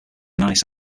nice